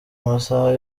amasaha